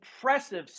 impressive